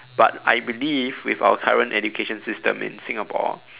but I believe with our current education system in Singapore